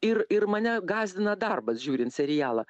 ir ir mane gąsdina darbas žiūrint serialą